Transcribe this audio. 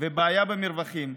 ובעיה במרווחים.